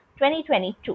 2022